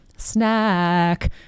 Snack